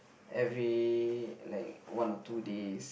every like one or two days